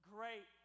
Great